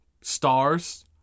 stars